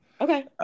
Okay